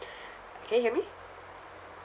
can you hear me